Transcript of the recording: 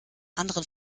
anderen